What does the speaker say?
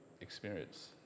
experience